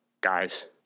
guys